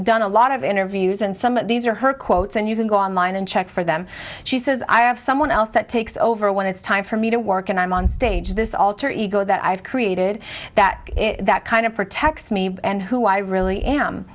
done a lot of interviews and some of these are her quotes and you can go online and check for them she says i have someone else that takes over when it's time for me to work and i'm on stage this alter ego that i have created that that kind of protects me and who i really am